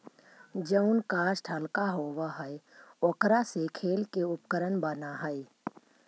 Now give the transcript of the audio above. जउन काष्ठ हल्का होव हई, ओकरा से खेल के उपकरण बनऽ हई